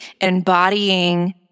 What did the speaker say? embodying